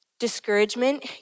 discouragement